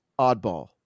oddball